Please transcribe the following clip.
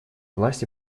власти